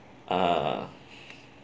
uh